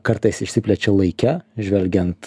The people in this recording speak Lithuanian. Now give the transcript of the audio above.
kartais išsiplečia laike žvelgiant